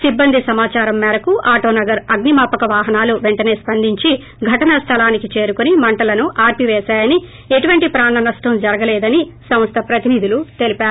సిబ్బంది సమాదారం మేరకు ఆటోనగర్ అగ్పి మాపక వాహనాలు వెంటనే స్పందించి ఘటనా స్లలానికి చేరుకొని మంటలను ఆర్సిపేశాయని ఎటువంటి ప్రాణనష్షం జరగలేదని సంస్ల ప్రతినిధులు తెలిపారు